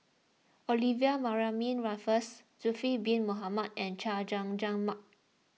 Olivia Mariamne Raffles Zulkifli Bin Mohamed and Chay Jung Jun Mark